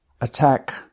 attack